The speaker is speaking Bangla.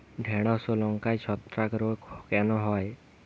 ঢ্যেড়স ও লঙ্কায় ছত্রাক রোগ কেন হয়?